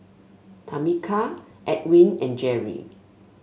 Tameka Edwin and Jeri